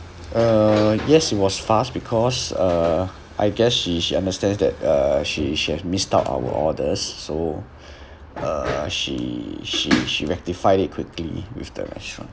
uh yes it was fast because uh I guess she she understands that uh she she has missed out our orders so uh she she she rectified it quickly with the restaurant